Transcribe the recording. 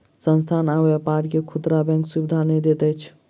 संस्थान आ व्यापार के खुदरा बैंक सुविधा नै दैत अछि